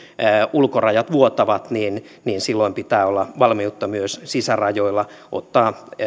ulkorajat vuotavat pitää olla valmiutta myös sisärajoilla ottaa